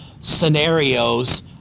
scenarios